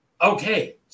Okay